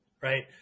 right